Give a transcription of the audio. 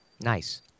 Nice